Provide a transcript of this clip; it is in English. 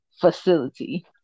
facility